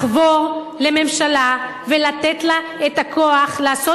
לחבור לממשלה ולתת לה את הכוח לעשות